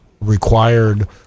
required